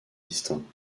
distincts